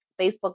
Facebook